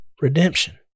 Redemption